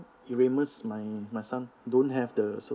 erasmus my my son don't have the